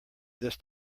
this